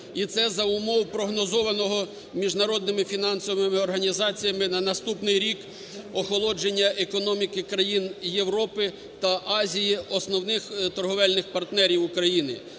і це за умов прогнозованого міжнародними фінансовими організаціями на наступний рік охолодження економіки країн Європи та Азії, основних торгівельних партнерів України.